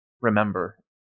remember